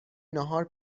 ناهار